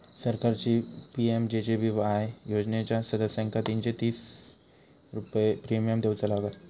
सरकारची पी.एम.जे.जे.बी.आय योजनेच्या सदस्यांका तीनशे तीनशे रुपये प्रिमियम देऊचा लागात